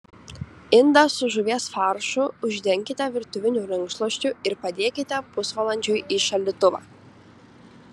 indą su žuvies faršu uždenkite virtuviniu rankšluosčiu ir padėkite pusvalandžiui į šaldytuvą